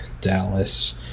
Dallas